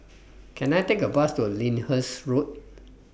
Can I Take A Bus to Lyndhurst Road